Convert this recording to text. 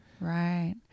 Right